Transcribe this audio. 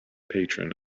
patron